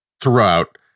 throughout